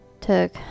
took